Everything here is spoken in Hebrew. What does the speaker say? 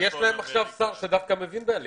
שר שדווקא מבין בעלייה.